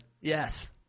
Yes